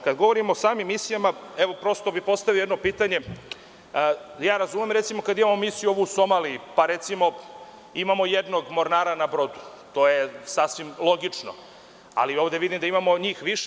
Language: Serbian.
Kada govorimo o samim misijama, prosto, bih postavio jedno pitanje, razumem kada imamo misiju ovu u Somaliji, pa recimo, imamo jednog mornara na brodu, to je sasvim logično, ali ovde vidim da imamo njih više.